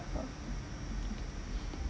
oh